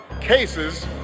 cases